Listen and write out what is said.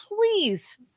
Please